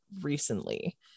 recently